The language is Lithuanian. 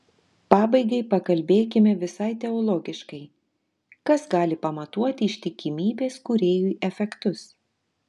pabaigai pakalbėkime visai teologiškai kas gali pamatuoti ištikimybės kūrėjui efektus